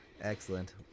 Excellent